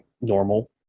normal